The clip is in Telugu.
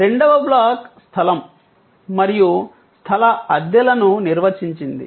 రెండవ బ్లాక్ స్థలం మరియు స్థల అద్దెలను నిర్వచించింది